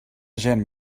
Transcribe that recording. gent